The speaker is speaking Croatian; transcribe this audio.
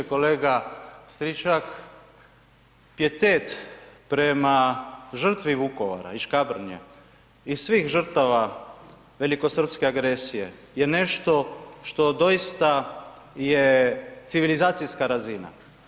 Kolega Stričak, pijetet prema žrtvi Vukovara i Škabrnje i svih žrtava velikosrpske agresije je nešto što doista je civilizacijska razina.